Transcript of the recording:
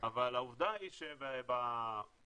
אבל העובדה היא שלמרות